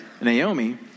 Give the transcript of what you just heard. Naomi